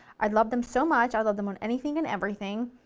i love them so much, i love them on everything and everything,